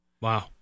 Wow